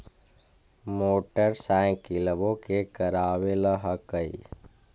मोटरसाइकिलवो के करावे ल हेकै?